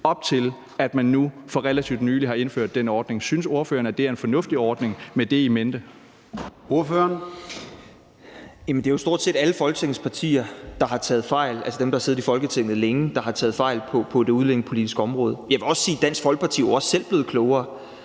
op til at man nu for relativt nylig har indført den ordning. Synes ordføreren, at det er en fornuftig ordning med det in mente? Kl. 16:34 Formanden (Søren Gade): Ordføreren. Kl. 16:34 Frederik Vad (S): Det er jo stort set alle Folketingets partier, altså dem, der har siddet i Folketinget længe, der har taget fejl på det udlændingepolitiske område. Jeg vil også sige, at Dansk Folkeparti jo også selv er blevet klogere.